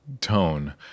Tone